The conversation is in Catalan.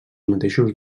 mateixos